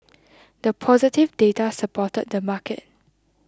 the positive data supported the market